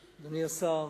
הכנסת,